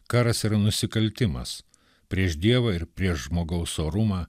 karas yra nusikaltimas prieš dievą ir prieš žmogaus orumą